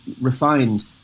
refined